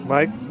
Mike